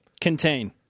Contain